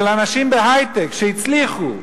של אנשי היי-טק שהצליחו,